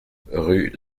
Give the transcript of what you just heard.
rue